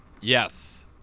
Yes